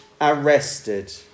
arrested